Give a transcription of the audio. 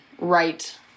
right